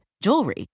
jewelry